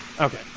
Okay